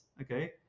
okay